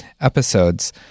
episodes